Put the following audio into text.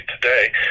today